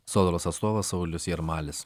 sodros atstovas saulius jarmalis